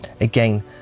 Again